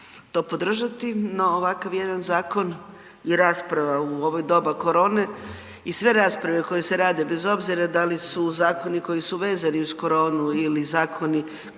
to podržati. No ovakav jedan zakon i rasprava u ovo doba korone i sve rasprave koje se rade bez obzira da li su zakoni koji su vezani uz koronu ili zakoni